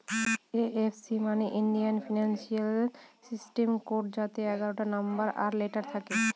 IFC মানে Indian financial system code যাতে এগারোটা নম্বর আর লেটার থাকে